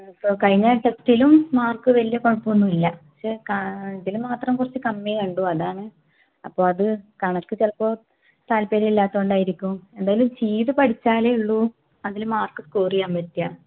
ഇപ്പോൾ കഴിഞ്ഞ ടെസ്റ്റിലും മാർക്ക് വലിയ കുഴപ്പമൊന്നും ഇല്ല പക്ഷേ ക ഇതില് മാത്രം കുറച്ച് കമ്മി കണ്ടു അതാണ് അപ്പോൾ അത് കണക്ക് ചിലപ്പോൾ താല്പര്യം ഇല്ലാത്തത് കൊണ്ടായിരിക്കും എന്തായാലും ചെയ്ത് പഠിച്ചാലെയൊള്ളു അതില് മാർക്ക് സ്കോറ് ചെയ്യാൻ പറ്റുക